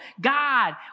God